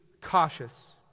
cautious